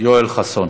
יואל חסון.